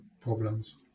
problems